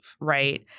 right